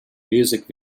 music